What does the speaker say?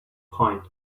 point